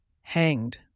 hanged